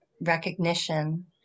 recognition